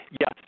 Yes